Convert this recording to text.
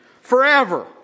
Forever